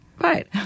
Right